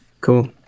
cool